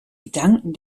gedanken